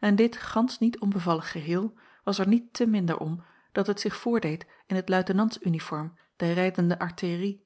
en dit gansch niet onbevallig geheel was er niet te minder om dat het zich voordeed in het luitenants uniform der rijdende artillerie